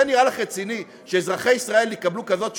זה נראה לך רציני, שאזרחי ישראל יקבלו כזאת תשובה?